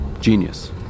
Genius